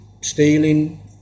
stealing